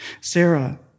Sarah